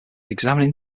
examining